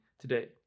today